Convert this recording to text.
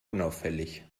unauffällig